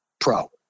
pro